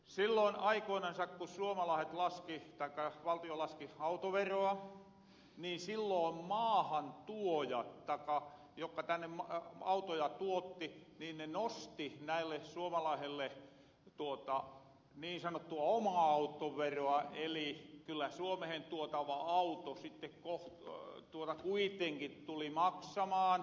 silloin aikoinansa kun valtio laski autoveroa silloin maahan juojaa takaa joko täällä mutta maahantuojat jokka tänne autoja tuotti nosti näille suomalaasille niin sanottua omaa autoveroa eli kyllä suomehen tuotava auto sitten kuitenkin tuli maksamaan täälä